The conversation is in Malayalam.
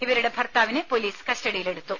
ഇവരുടെ ഭർത്താവിനെ പൊലീസ് കസ്റ്റഡിയിലെടുത്തു